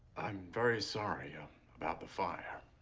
i'm very sorry ah about the fire.